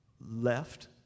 left